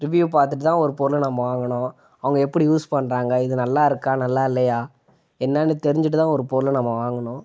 review பார்த்துட்டு தான் ஒரு பொருளை நம்ம வாங்கணும் அவங்க எப்படி யூஸ் பண்ணுறாங்க இது நல்லாயிருக்கா நல்லா இல்லையா என்னென்னு தெரிஞ்சுட்டு தான் ஒரு பொருளை நம்ம வாங்கணும்